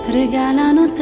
regalano